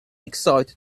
excited